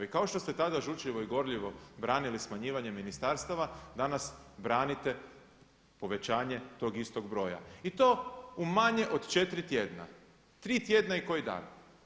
I kao što ste tada žučljivo i gorljivo branili smanjivanje ministarstava danas branite povećanje tog istog broja i to u manje od 4 tjedna, 3 tjedna i koji dan.